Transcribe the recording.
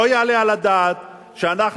לא יעלה על הדעת שאנחנו,